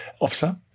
officer